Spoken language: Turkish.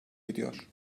ediyor